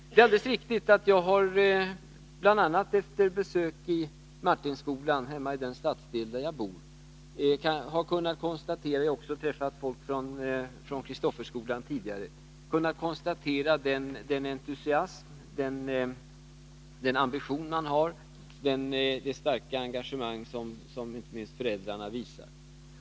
Det är alldeles riktigt att jag bl.a. efter besök i Martinskolan, som ligger i den stadsdel där jag bor, och efter de kontakter jag har haft med folk från Kristofferskolan har kunnat konstatera vilken entusiasm och ambition man har där och vilket starkt engagemang inte minst föräldrarna visar.